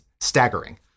staggering